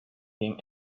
him